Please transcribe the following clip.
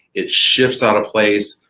it shifts out of place.